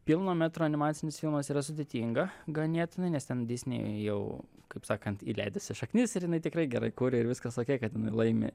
pilno metro animacinis filmas yra sudėtinga ganėtinai nes ten disney jau kaip sakant įleidusi šaknis ir jinai tikrai gerai kuria ir viskas okei kad laimi